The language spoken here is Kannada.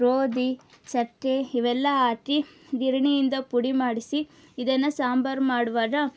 ಗೋಧಿ ಚಕ್ಕೆ ಇವೆಲ್ಲ ಹಾಕಿ ಗಿರಣಿಯಿಂದ ಪುಡಿ ಮಾಡಿಸಿ ಇದನ್ನು ಸಾಂಬಾರು ಮಾಡುವಾಗ